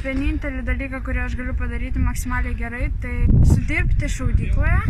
vienintelį dalyką kurį aš galiu padaryti maksimaliai gerai tai dirbti šaudykloje